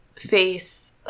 face